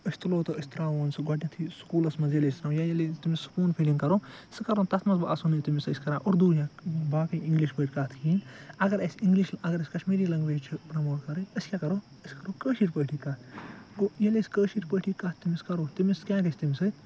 أسۍ تُلو تہٕ أسۍ تراوون سُہ گۄڈنیٚتھے سکولَس مَنٛز ییٚلہِ أسۍ تراوون یا تٔمِس سپوٗن فیٖڈِنٛگ کرو سُہ کرو تتھ مَنٛز آسو نہٕ أسۍ تٔمِس کران اردو یا باقے اِنٛگلِش پٲٹھۍ کتھ کِہیٖنۍ اگر اسہ اِنٛگلش اگر أسۍ کَشمیٖری لَنٛگویج چھِ پرَموٹ کَرٕنۍ أسۍ کیاہ کرو أسۍ کرو کٲشر پٲٹھی کتھ گوٚو ییٚلہِ أسۍ کٲشر پٲٹھی کتھ تٔمِس کرو تٔمِس کیاہ گَژھِ تمہ سۭتۍ